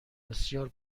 بسیار